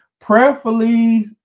prayerfully